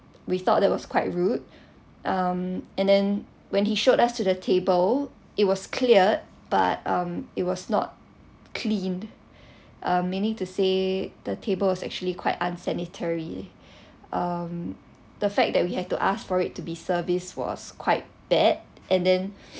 we thought that was quite rude um and then when he showed us to the table it was cleared but um it was not clean uh meaning to say the table was actually quite unsanitary um the fact that we had to ask for it to be service was quite bad and then